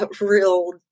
real